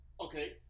okay